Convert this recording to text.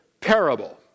parable